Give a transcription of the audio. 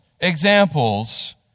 examples